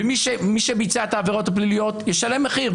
ומי שביצע את העבירות הפליליות ישלם מחיר.